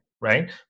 right